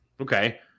Okay